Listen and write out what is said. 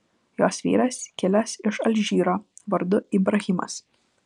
jos vyras kilęs iš alžyro vardu ibrahimas